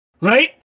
right